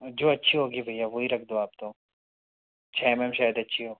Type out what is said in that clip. जो अच्छी होगी भैया वो ही रख दो आप तो छः में भी छः शायद अच्छी हो